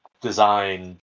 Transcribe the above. design